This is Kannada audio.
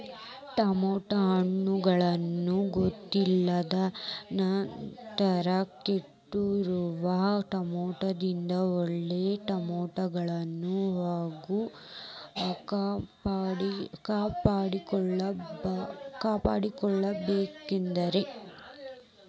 ಟಮಾಟೋ ಹಣ್ಣುಗಳನ್ನ ಗೊತ್ತಿಲ್ಲ ನಂತರ ಕೆಟ್ಟಿರುವ ಟಮಾಟೊದಿಂದ ಒಳ್ಳೆಯ ಟಮಾಟೊಗಳನ್ನು ಹ್ಯಾಂಗ ಕಾಪಾಡಿಕೊಳ್ಳಬೇಕರೇ?